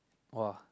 !wah!